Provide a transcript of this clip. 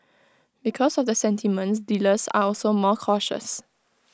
because of the sentiment dealers are also more cautious